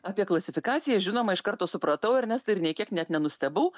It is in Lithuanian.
apie klasifikaciją žinoma iš karto supratau ernestai ir nei kiek net nenustebau